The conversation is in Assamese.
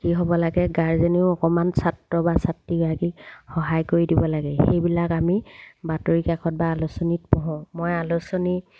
কি হ'ব লাগে গাৰ্জেনেও অকণমান ছাত্ৰ বা ছাত্ৰীগৰাকীক সহায় কৰি দিব লাগে সেইবিলাক আমি বাতৰিকাকত বা আলোচনীত পঢ়োঁ মই আলোচনী